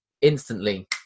instantly